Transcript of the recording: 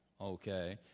okay